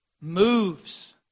moves